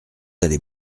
allez